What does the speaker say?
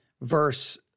verse